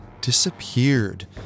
disappeared